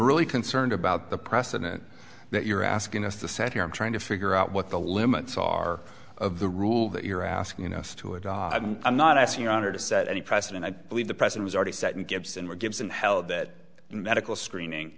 really concerned about the precedent that you're asking us to set here i'm trying to figure out what the limits are of the rule that you're asking us to adopt i'm not asking your honor to set any precedent i believe the president has already set and gibson were gives and held that medical screening